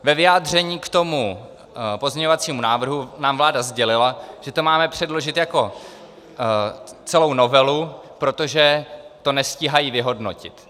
Ve vyjádření k pozměňovacímu návrhu nám vláda sdělila, že to máme předložit jako celou novelu, protože to nestíhají vyhodnotit.